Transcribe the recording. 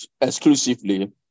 exclusively